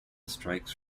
strikes